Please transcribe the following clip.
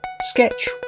Sketch